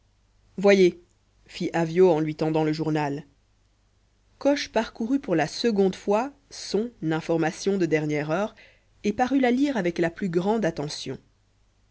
voyez fit avyot en lui tendant le journal coche parcourut pour la seconde fois son information de dernière heure et parut la lire avec la plus grande attention